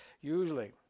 usually